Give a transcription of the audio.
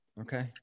Okay